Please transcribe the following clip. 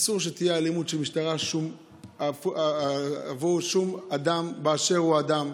אסור שתהיה אלימות של משטרה כלפי שום אדם באשר הוא אדם.